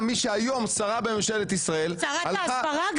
מי שהיום שרה בממשלת ישראל -- שרת ההסברה.